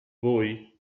voi